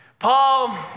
Paul